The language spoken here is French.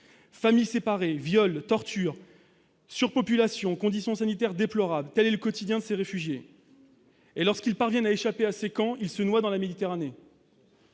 Familles séparées, viols, torture, surpopulation, conditions sanitaires déplorables, tel est le quotidien de ces réfugiés, et, lorsqu'ils parviennent à échapper à ces camps, ils se noient dans la Méditerranée.